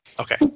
Okay